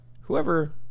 Whoever